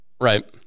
Right